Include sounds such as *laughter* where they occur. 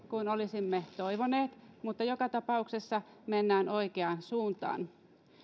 *unintelligible* kuin olisimme toivoneet mutta joka tapauksessa mennään oikeaan suuntaan